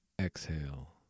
exhale